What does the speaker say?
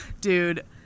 Dude